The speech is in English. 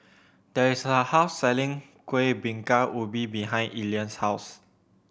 there is a house selling Kuih Bingka Ubi behind Elian's house